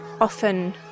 often